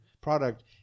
product